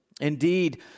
Indeed